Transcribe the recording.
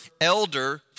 elder